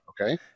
Okay